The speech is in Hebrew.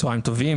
צוהריים טובים.